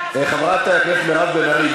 חברת הכנסת מירב בן ארי,